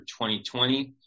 2020